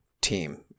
team